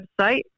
website